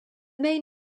main